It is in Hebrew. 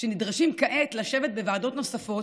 והם נדרשים כעת לשבת בוועדות נוספות,